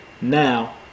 now